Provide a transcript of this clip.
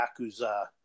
Yakuza